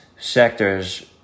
sectors